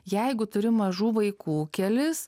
jeigu turi mažų vaikų kelis